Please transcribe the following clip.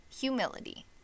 humility